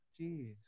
Jeez